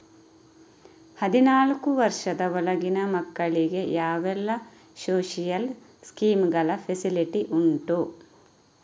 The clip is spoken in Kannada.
ಹದಿನಾಲ್ಕು ವರ್ಷದ ಒಳಗಿನ ಮಕ್ಕಳಿಗೆ ಯಾವೆಲ್ಲ ಸೋಶಿಯಲ್ ಸ್ಕೀಂಗಳ ಫೆಸಿಲಿಟಿ ಉಂಟು?